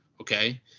Okay